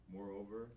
Moreover